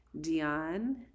Dion